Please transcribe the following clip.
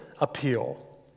appeal